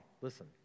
Listen